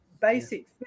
basic